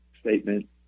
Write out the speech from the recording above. statement